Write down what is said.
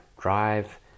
drive